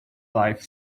life